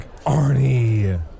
Arnie